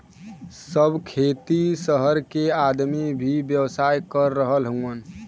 सब खेती सहर के आदमी भी व्यवसाय कर रहल हउवन